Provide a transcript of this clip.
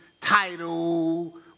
title